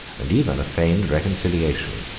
and even a feigned reconciliation,